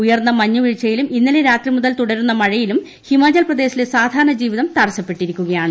ഉയർന്ന മഞ്ഞു വീഴ്ചയിലും ഇന്നലെ രാത്രി മുതൽ തുടരുന്ന മഴയിലും ഹിമാചൽ പ്രദേശിലെ സാധാരണ ജീവിതം തടസ്സപ്പെട്ടിരിക്കുകയാണ്